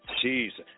Jesus